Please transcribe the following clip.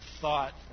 thought